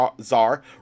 czar